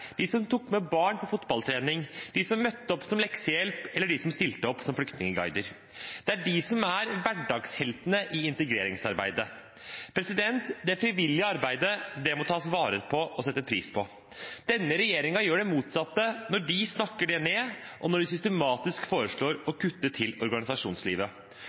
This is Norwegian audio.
De er hverdagsheltene i integreringsarbeidet. Det frivillige arbeidet må tas vare på og settes pris på. Denne regjeringen gjør det motsatte når de snakker det ned og systematisk foreslår å kutte til organisasjonslivet.